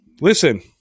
listen